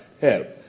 help